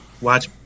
watch